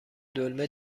دلمه